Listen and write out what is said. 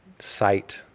Sight